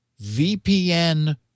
VPN